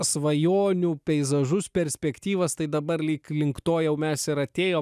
svajonių peizažus perspektyvas tai dabar lyg link to jau mes ir atėjom